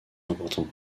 important